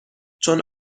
چون